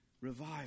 Revive